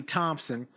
Thompson